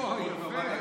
אוה, יפה.